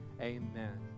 Amen